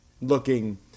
looking